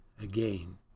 again